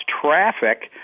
Traffic